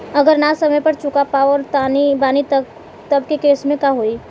अगर ना समय पर चुका पावत बानी तब के केसमे का होई?